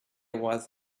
was